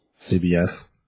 CBS